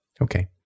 okay